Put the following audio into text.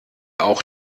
auch